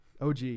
OG